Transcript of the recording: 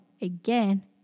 again